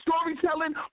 storytelling